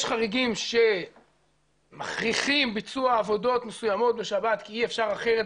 יש חריגים שמכריחים ביצוע עבודות מסוימת בשבת כי אי אפשר אחרת,